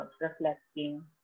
reflecting